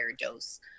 dose